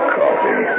coffee